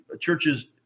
churches